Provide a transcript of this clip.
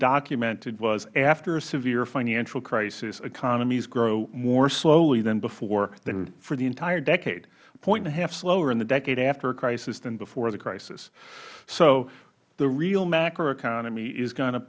documented was after a severe financial crisis economies grow more slowly than before for the entire decadeh a point and a half slower in the decade after a crisis than before the crisis so the real macroeconomy is going to